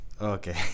Okay